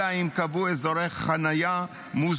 אלא אם כן קבעו אזורי חניה מוסדרים.